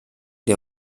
der